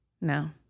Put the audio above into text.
No